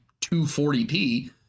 240p